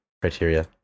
criteria